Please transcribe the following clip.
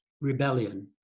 rebellion